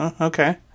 Okay